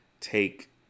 take